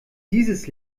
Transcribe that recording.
dieses